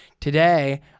Today